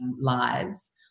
lives